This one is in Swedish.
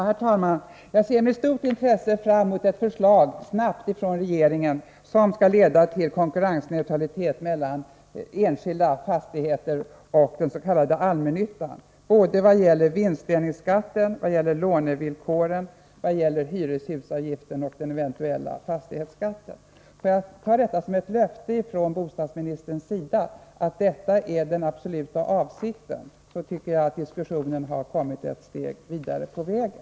Herr talman! Jag ser med stort intresse fram mot att regeringen snart lägger fram ett förslag som skall leda till konkurrensneutralitet mellan enskilda fastigheter och den s.k. allmännyttan i vad gäller vinstdelningsskatten, lånevillkoren, hyreshusavgiften och den eventuella fastighetsskatten. Om jag får ta det sagda som ett löfte från bostadsministern att detta är regeringens absoluta avsikt, har vi genom denna diskussion kommit ett steg vidare på vägen.